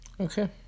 Okay